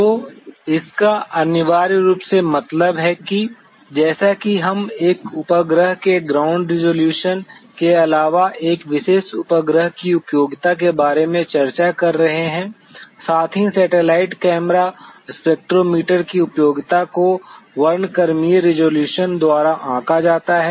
तो इसका अनिवार्य रूप से मतलब है कि जैसा कि हम एक उपग्रह के ग्राउंड रिज़ॉल्यूशन के अलावा एक विशेष उपग्रह की उपयोगिता के बारे में चर्चा कर रहे हैं साथ ही सैटेलाइट कैमरा स्पेक्ट्रोमीटर की उपयोगिता को वर्णक्रमीय रिज़ॉल्यूशन द्वारा आंका जाता है